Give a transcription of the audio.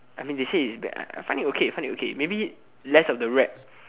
I mean they say it's bad lah I find it okay find it okay maybe less of the rap